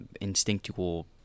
instinctual